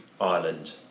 Ireland